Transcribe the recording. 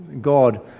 God